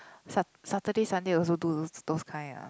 sat~ Saturday Sunday also do those kind ah